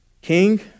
King